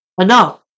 enough